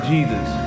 Jesus